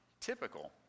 typical